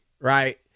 right